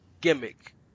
gimmick